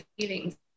feelings